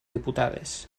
diputades